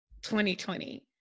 2020